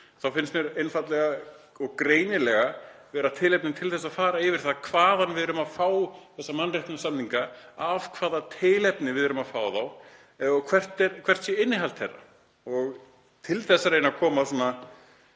byggist, einfaldlega og greinilega vera tilefni til þess að fara yfir það hvaðan við erum að fá þessa mannréttindasamninga, af hvaða tilefni við erum að fá þá og hvert sé innihald þeirra. Til að reyna að koma